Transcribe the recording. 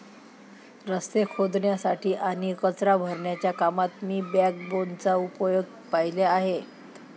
रस्ते खोदण्यासाठी आणि कचरा भरण्याच्या कामात मी बॅकबोनचा उपयोग पाहिले आहेत